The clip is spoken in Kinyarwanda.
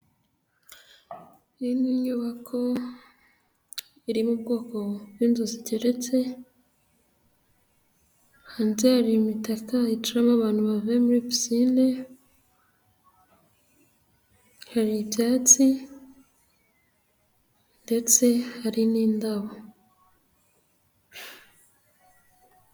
Iyi ni inyubako iri mu bwoko bw'inzuziteretse, hanze hari imitaka yicaramo abantu bavuye muri pisine, hari ibyatsi ndetse hari n'indabo.